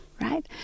right